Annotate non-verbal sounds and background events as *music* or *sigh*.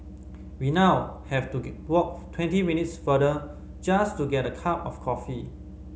we now have to *unintelligible* walk twenty minutes farther just to get a cup of coffee